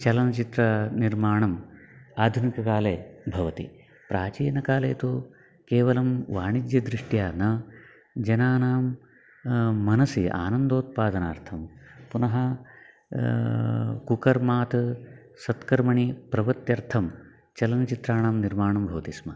चलनचित्रनिर्माणम् आधुनिककाले भवति प्राचीनकाले तु केवलं वाणिज्यदृष्ट्या न जनानां मनसि आनन्दोत्पादनार्थं पुनः कुकर्मात् सत्कर्मणि प्रवृत्यर्थं चलनचित्राणां निर्माणं भवति स्म